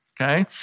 Okay